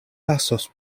lasos